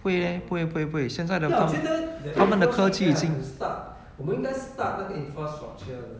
不会 leh 不会不会不会现在他们的科技已经